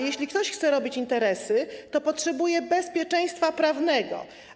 Jeśli ktoś chce robić interesy, to potrzebuje bezpieczeństwa prawnego.